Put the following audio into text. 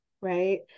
right